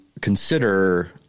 consider